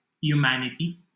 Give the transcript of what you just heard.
humanity